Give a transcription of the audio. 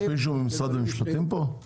יש מישהו משרד המשפטים פה?